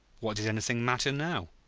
what did anything matter, now?